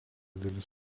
dalis